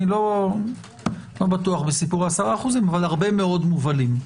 אני לא בטוח ב-10%, אבל הרבה מאוד מובלים.